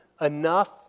enough